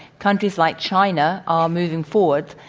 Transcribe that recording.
countries like china are moving forward,